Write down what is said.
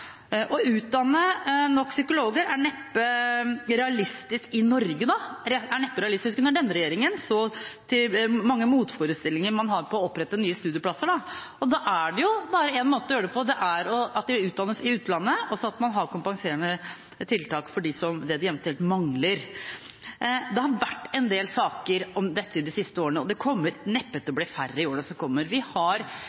Å utdanne nok psykologer er neppe realistisk i Norge. Det er neppe realistisk under denne regjeringen – så mange motforestillinger man har mot å opprette nye studieplasser. Da er det jo bare én måte å gjøre det på: Det er at de utdannes i utlandet, og at man har kompenserende tiltak for det de eventuelt mangler. Det har vært en del saker om dette i de siste årene, og det kommer neppe til